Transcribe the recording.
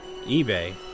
eBay